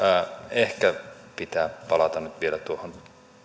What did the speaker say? ehkä nyt pitää palata vielä tuohon